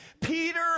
Peter